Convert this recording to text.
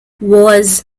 wars